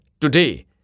today